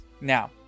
Now